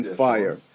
fire